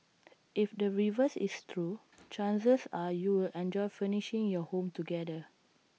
if the reverse is true chances are you'll enjoy furnishing your home together